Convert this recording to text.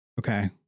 Okay